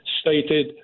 stated